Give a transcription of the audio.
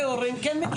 אנחנו כהורים כן מכירים.